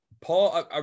paul